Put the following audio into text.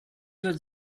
was